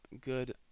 good